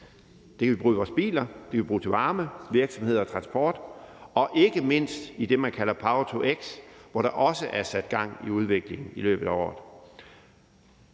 Det kan vi bruge i vores biler, det kan vi bruge til varme, til virksomheder og transport og ikke mindst i det, man kalder power-to-x, hvor der også er sat gang i udviklingen i løbet af året.